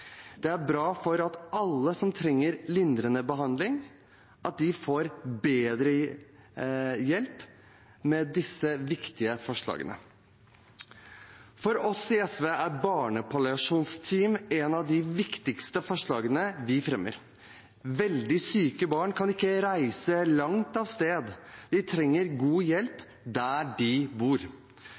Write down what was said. Det er bra for alle som trenger lindrende behandling, at de får bedre hjelp med disse viktige forslagene. For oss i SV er barnepalliasjonsteam et av de viktigste forslagene vi fremmer. Veldig syke barn kan ikke reise langt av sted. De trenger god hjelp der de bor.